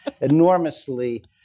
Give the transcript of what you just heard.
enormously